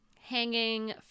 hanging